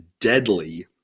deadly